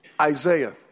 Isaiah